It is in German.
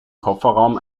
kofferraum